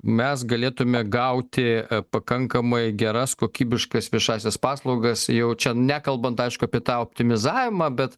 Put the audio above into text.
mes galėtume gauti pakankamai geras kokybiškas viešąsias paslaugas jau čia nekalbant aišku apie tą optimizavimą bet